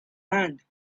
hand